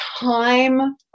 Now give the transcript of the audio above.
time